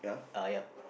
uh yup